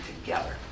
together